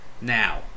now